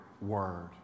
word